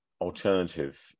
alternative